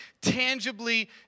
tangibly